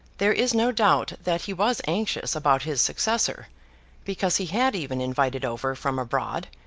there is no doubt that he was anxious about his successor because he had even invited over, from abroad,